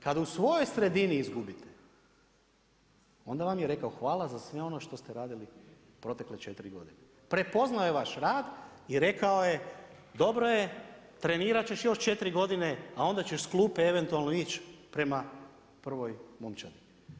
Kada u svojoj sredini izgubite, onda vam je rekao hvala za sve ono što ste radili protekle četiri godine, prepoznao je vaš rad i rekao je dobro je, trenirat ćeš još četiri godine, a onda ćeš s klupe eventualno ići prema prvoj momčadi.